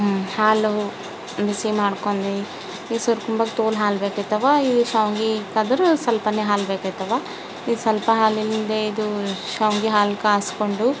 ಹಾಲು ಬಿಸಿ ಮಾಡ್ಕೊಂಡಿ ಈ ಸುರಕುಂಭಕ್ಕೆ ತೋಲು ಹಾಲು ಬೇಕಾಯ್ತವ ಈ ಶಾವ್ಗೆಗಾದ್ರ ಸ್ವಲ್ಪನೇ ಹಾಲು ಬೇಕಾಯ್ತವ ಈ ಸ್ವಲ್ಪ ಹಾಲಿನಿಂದೆ ಇದು ಶಾವ್ಗೆ ಹಾಲು ಕಾಸ್ಕೊಂಡು